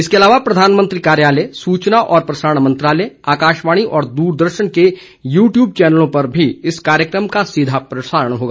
इसके अलावा प्रधानमंत्री कार्यालय सूचना और प्रसारण मंत्रालय आकाशवाणी और द्रदर्शन के यूट्यूब चौनलों पर भी इस कार्यक्रम का सीधा प्रसारण होगा